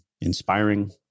inspiring